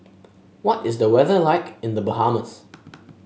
what is the weather like in The Bahamas